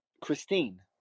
Christine